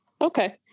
Okay